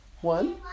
One